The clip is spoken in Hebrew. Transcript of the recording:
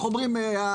איך אומרים?